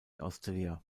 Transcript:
austria